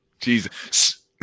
Jesus